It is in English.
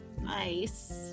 nice